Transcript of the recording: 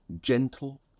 Gentle